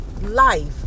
life